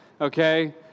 okay